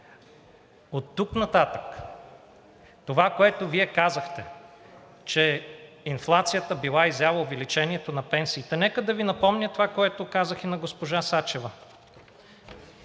Оттук нататък това, което Вие казахте, че инфлацията била изяла увеличението на пенсиите, нека да Ви напомня това, което казах и на госпожа Сачева.